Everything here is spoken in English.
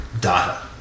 data